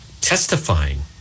testifying